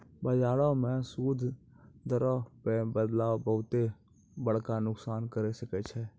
बजारो मे सूद दरो मे बदलाव बहुते बड़का नुकसान करै सकै छै